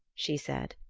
she said,